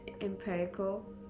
empirical